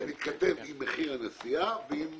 בהתכתב עם מחיר הנסיעה ועם